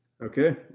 Okay